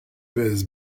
vez